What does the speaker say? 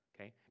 Okay